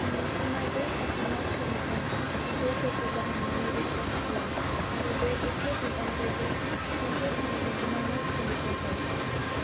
आंनि फ'नाव बे थाखानाय प्लेनजों गुगल पे खौ बाहायनानै रिचार्ज खालाम आरो बे एखे बिबांखौ बे क'नटेक्ट न' बिगोमानो ट्रेन्सफर हर